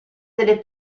delle